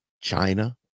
China